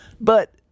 But-